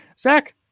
Zach